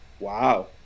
Wow